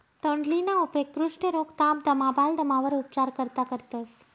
तोंडलीना उपेग कुष्ठरोग, ताप, दमा, बालदमावर उपचार करता करतंस